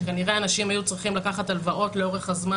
כי כנראה שאנשים היו צריכים לקחת הלוואות לאורך הזמן